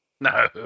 No